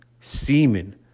semen